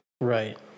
Right